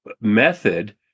method